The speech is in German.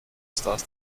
stars